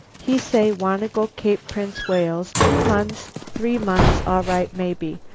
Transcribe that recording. he say, wanna go cape prince wales two month, three month, all right, maybe.